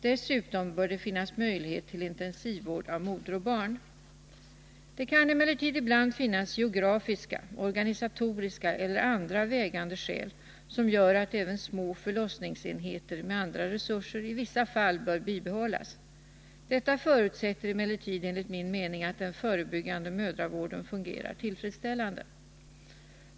Dessutom bör det finnas möjlighet till intensivvård av moder och barn. Det kan emellertid ibland finnas geografiska, organisatoriska eller andra vägande skäl som gör att även små förlossningsenheter med andra resurser i vissa fall bör bibehållas. Detta förutsätter emellertid enligt min mening att den förebyggande mödravården fungerar tillfredsställande.